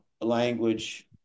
language